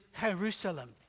Jerusalem